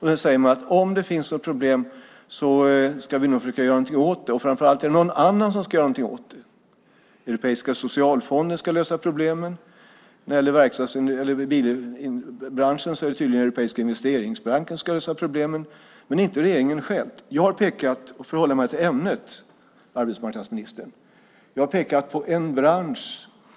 Sedan säger man att om det finns något problem ska man nog försöka göra någonting åt det. Framför allt är det någon annan som ska göra någonting åt det. Europeiska socialfonden ska lösa problemen. När det gäller bilbranschen är det tydligen Europeiska investeringsbanken som ska lösa problemen, men inte regeringen själv. För att hålla mig till ämnet, arbetsmarknadsministern, har jag pekat på en bransch.